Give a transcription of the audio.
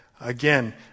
again